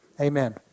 Amen